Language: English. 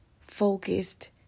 focused